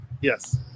Yes